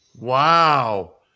Wow